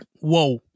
whoa